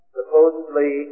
Supposedly